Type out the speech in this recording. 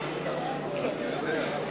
44,